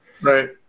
right